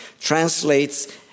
translates